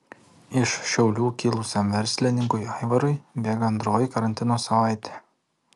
iš šiaulių kilusiam verslininkui aivarui bėga antroji karantino savaitė